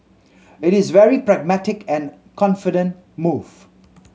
it is very pragmatic and confident move